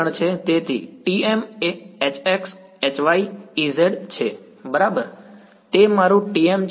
તેથી TM એ Hx Hy Ez છે બરાબર તે મારું TM છે